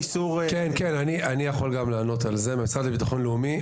אני יכול גם לענות על זה מהמשרד לביטחון לאומי,